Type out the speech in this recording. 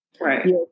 Right